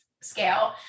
scale